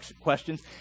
questions